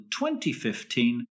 2015